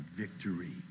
victory